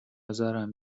ازارم